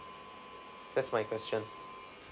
that's my question